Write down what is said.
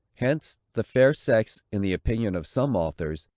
hence the fair sex, in the opinion of some authors,